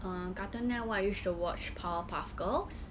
on Cartoon Network I use to watch power puff girls